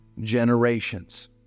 generations